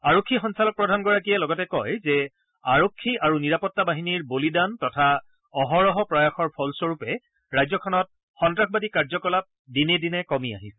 আৰক্ষী সঞ্চালক প্ৰধানগৰাকীয়ে লগতে কয় যে আৰক্ষী আৰু নিৰাপত্তা বাহিনীৰ বলিদান তথা অহৰহ প্ৰয়াসৰ ফলস্বৰূপে ৰাজ্যখনত সন্নাসবাদী কাৰ্য কলাপ দিনে দিনে কমি আহিছে